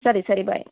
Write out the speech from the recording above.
ಸರಿ ಸರಿ ಬಾಯ್